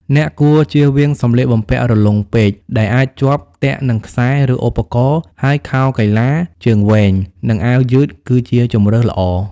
អ្នកគួរជៀសវាងសម្លៀកបំពាក់រលុងពេកដែលអាចជាប់ទាក់នឹងខ្សែ ឬឧបករណ៍ ហើយខោកីឡាជើងវែង និងអាវយឺតគឺជាជម្រើសល្អ។